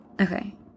Okay